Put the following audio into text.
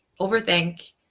overthink